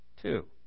two